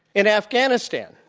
in afghanistan,